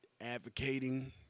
advocating